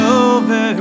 over